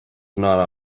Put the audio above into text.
not